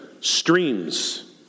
streams